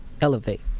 elevate